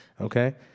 Okay